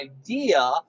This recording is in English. idea